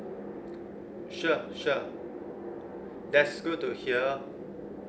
sure sure that's good to hear